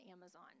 Amazon